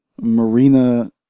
Marina